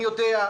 אני יודע,